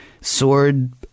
Sword